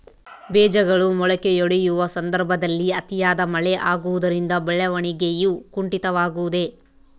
ಬೇಜಗಳು ಮೊಳಕೆಯೊಡೆಯುವ ಸಂದರ್ಭದಲ್ಲಿ ಅತಿಯಾದ ಮಳೆ ಆಗುವುದರಿಂದ ಬೆಳವಣಿಗೆಯು ಕುಂಠಿತವಾಗುವುದೆ?